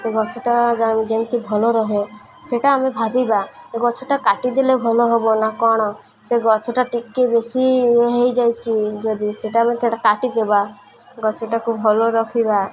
ସେ ଗଛଟା ଯେମିତି ଭଲ ରହେ ସେଇଟା ଆମେ ଭାବିବା ଏ ଗଛଟା କାଟିଦେଲେ ଭଲ ହବ ନା କ'ଣ ସେ ଗଛଟା ଟିକେ ବେଶୀ ହେଇଯାଇଛି ଯଦି ସେଇଟା ଆମେ ସେଇଟା କାଟିଦେବା ଗଛଟାକୁ ଭଲ ରଖିବା